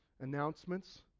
announcements